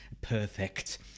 perfect